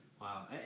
Wow